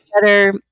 better